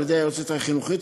על-ידי היועצת החינוכית,